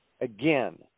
Again